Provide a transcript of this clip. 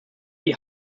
die